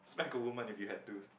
smack a woman if you had to